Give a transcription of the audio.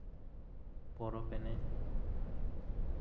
ᱯᱚᱨᱚᱵᱽ ᱮᱱᱮᱡ